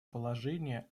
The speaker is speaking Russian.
положения